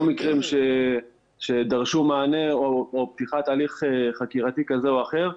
מקרים שדרשו מענה או פתיחת הליך חקירתי כזה או אחר.